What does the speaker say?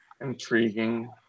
intriguing